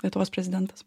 lietuvos prezidentas